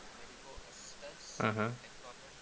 mmhmm